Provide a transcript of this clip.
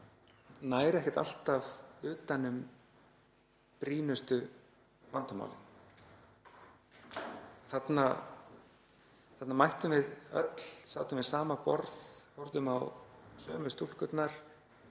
nær ekkert alltaf utan um brýnustu vandamálin. Þarna mættum við öll, sátum við sama borð, horfðum á sömu stúlkurnar,